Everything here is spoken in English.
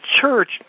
church